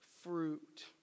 fruit